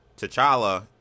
T'Challa